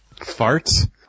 Farts